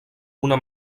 una